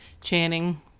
Channing